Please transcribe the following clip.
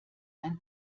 ein